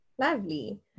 Lovely